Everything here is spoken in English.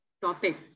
topic